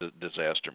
disaster